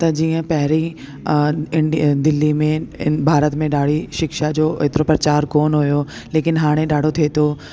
त जीअं पहिरीं अ इंड दिल्ली में भारत में ॾाढी शिक्षा जो एतिरो प्रचार कोन्ह हुयो लेकिन हाणे ॾाढो थे तो